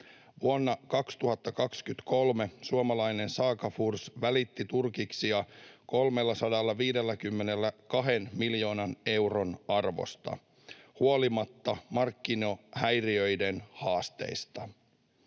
Vuonna 2023 suomalainen Saga Furs välitti turkiksia 352 miljoonan euron arvosta huolimatta markkinahäiriöiden haasteista.